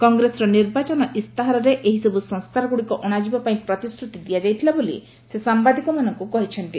କଂଗ୍ରେସର ନିର୍ବାଚନ ଇସ୍ତାହାରରେ ଏହିସବୁ ସଂସ୍କାରଗୁଡ଼ିକ ଅଣାଯିବା ପାଇଁ ପ୍ରତିଶ୍ରତି ଦିଆଯାଇଥିଲା ବୋଲି ସେ ସାମ୍ବାଦିକମାନଙ୍କୁ କହିଛନ୍ତି